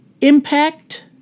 impact